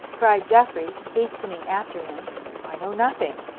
cried geoffrey, hastening after him i know nothing.